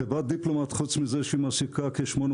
חברת דיפלומט חוץ מזה שהיא מעסיקה כ-800